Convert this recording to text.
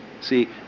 See